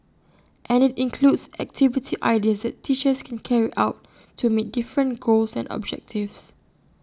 and IT includes activity ideas that teachers can carry out to meet different goals and objectives